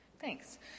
Thanks